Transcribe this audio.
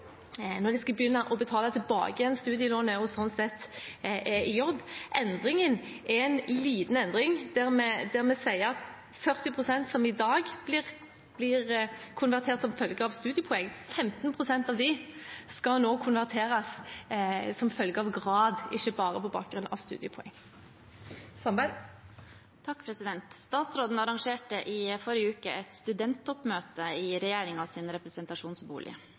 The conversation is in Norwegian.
når de skal begynne å betale tilbake igjen studielånet, og sånn sett er i jobb. Endringen er liten: Vi sier at av de 40 pst. som i dag blir konvertert som følge av studiepoeng, skal 15 pst. konverteres som følge av grad, ikke bare på bakgrunn av studiepoeng. Statsråden arrangerte i forrige uke et studenttoppmøte i regjeringens representasjonsbolig.